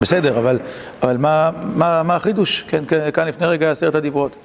בסדר, אבל מה החידוש, כאן לפני רגע עשרת הדברות